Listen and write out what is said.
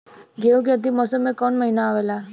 गेहूँ के अंतिम मौसम में कऊन महिना आवेला?